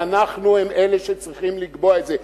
ואנחנו אלה שצריכים לקבוע את זה.